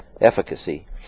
efficacy